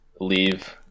leave